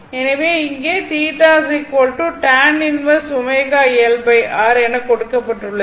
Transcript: எனவே இங்கே எனக் கொடுக்கப்பட்டுள்ளது